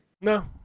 No